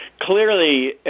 Clearly